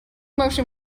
motion